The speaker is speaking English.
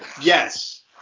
yes